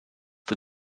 the